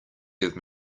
give